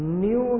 new